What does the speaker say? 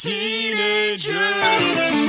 Teenagers